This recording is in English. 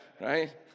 Right